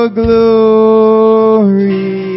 glory